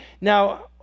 Now